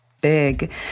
big